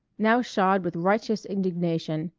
now shod with righteous indignation,